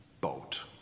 boat